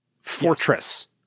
fortress